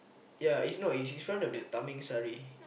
ya is not it's one of the Tamingsari